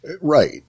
Right